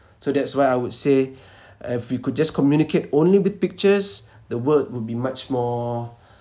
so that's why I would say if we could just communicate only with pictures the word would be much more